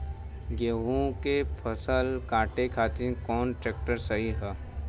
गेहूँक फसल कांटे खातिर कौन ट्रैक्टर सही ह?